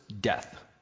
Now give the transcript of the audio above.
death